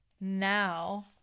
now